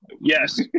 Yes